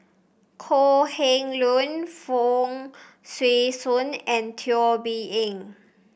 Kok Heng Leun Fong Swee Suan and Teo Bee Yen